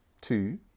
two